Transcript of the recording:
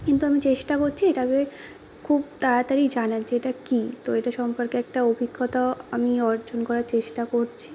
কিন্তু আমি চেষ্টা করছি এটাকে খুব তাড়াতাড়ি জানার যে এটা কী তো এটা সম্পর্কে একটা অভিজ্ঞতাও আমি অর্জন করার চেষ্টা করছি